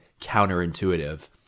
counterintuitive